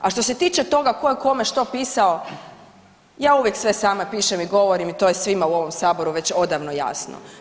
A što se tiče toga ko je kome što pisao, ja uvijek sve sama pišem i govorim i to je svima u ovom Saboru već odavno jasno.